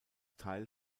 teil